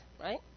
right